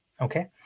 okay